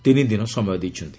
ତିନିଦିନ ସମୟ ଦେଇଛନ୍ତି